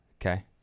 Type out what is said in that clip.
Okay